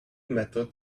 method